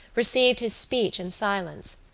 received his speech in silence.